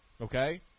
Okay